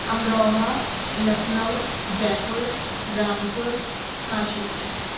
Amroha Lucknow Jaipur Rampur Kashi پور